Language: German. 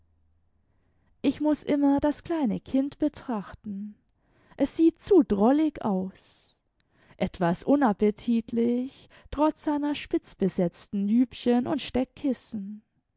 ich muß immer das kleine kind betrachten es sieht zu drollig aus etwas imappetitlich trotz seiner spitzenbesetzten jüpchen imd